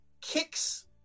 kicks